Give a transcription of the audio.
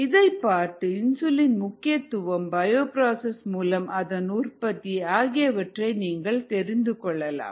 இதைப்பார்த்து insulin முக்கியத்துவம் bioprocess மூலம் அதன் உற்பத்தி ஆகியவற்றை தெரிந்து கொள்ளலாம்